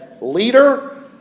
leader